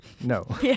No